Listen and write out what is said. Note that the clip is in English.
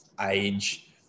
age